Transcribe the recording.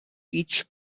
peach